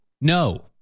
No